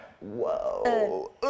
whoa